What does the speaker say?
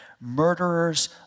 Murderers